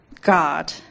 God